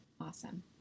Awesome